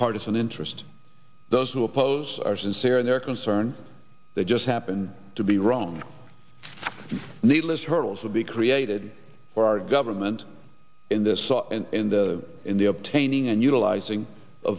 partisan interest those who oppose are sincere in their concern they just happened to be wrong needless hurdles to be created for our government in this and in the in the obtaining and utilizing